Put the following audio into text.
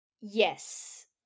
Yes